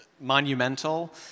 monumental